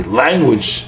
language